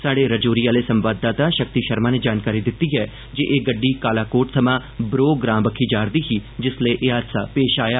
स्हाड़े रजौरी आह्ले संवाददाता शक्ति शर्मा नै जानकारी दित्ती ऐ जे एह गड्डी कालाकोट थमां ब्रो ग्रांऽ जा'रदी ही जिसलै एह हादसा पेश आया